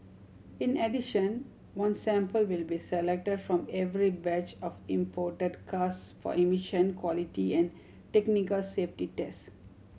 in addition one sample will be selected from every batch of imported cars for emission quality and technical safety test